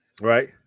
Right